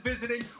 visiting